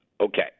Okay